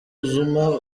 zuma